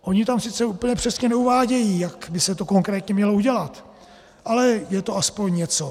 Oni tam sice úplně přesně neuvádějí, jak by se to konkrétně mělo udělat, ale je to aspoň něco.